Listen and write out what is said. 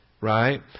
right